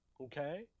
Okay